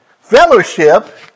fellowship